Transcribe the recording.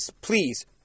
please